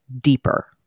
deeper